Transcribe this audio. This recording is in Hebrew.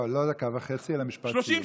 לא, לא דקה וחצי אלא משפט סיום.